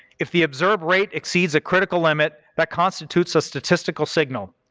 if the observed rate exceeds a critical limit that constitutes a statistical signal.